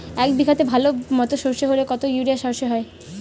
এক বিঘাতে ভালো মতো সর্ষে হলে কত ইউরিয়া সর্ষে হয়?